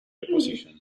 opposition